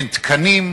אין תקנים,